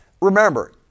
remember